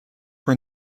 were